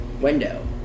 window